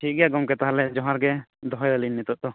ᱴᱷᱤᱠ ᱜᱮᱭᱟ ᱜᱚᱢᱠᱮ ᱛᱟᱦᱚᱞᱮ ᱡᱚᱦᱟᱨᱜᱮ ᱫᱚᱦᱚᱭᱟᱞᱤᱧ ᱱᱤᱛᱫᱚ